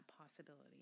possibility